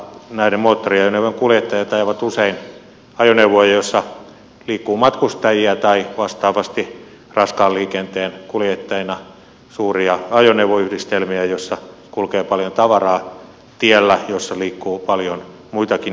näiden moottoriajoneuvojen kuljettajat ajavat usein ajoneuvoja joissa liikkuu matkustajia tai vastaavasti raskaan liikenteen kuljettajina suuria ajoneuvoyhdistelmiä joissa kulkee paljon tavaraa tiellä jolla liikkuu paljon muitakin ihmisiä